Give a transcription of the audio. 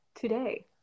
today